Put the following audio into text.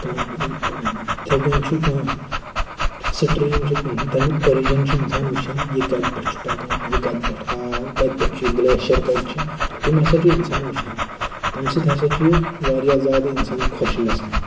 کانہہ یِتھٕے کٔنۍ چھُ کانہہ سٮ۪کٹر یِم چھِ تَمیُک رِجَن چھُ اِنسان وُچھان یہِ کَتہِ پٮ۪ٹھ چھُ پَکان یہِ کَتہِ پٮ۪ٹھ آو کَتہِ پٮ۪ٹھ چھُ یہِ گِلٮ۪شَر تِم ہسا چھِ اِنسان وُچھان تَمہِ سۭتۍ ہسا چھِ اِنسان واریاہ زیادٕ کۄش گژھان